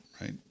Right